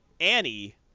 Annie